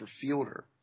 Fielder